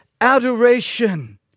adoration